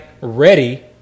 ready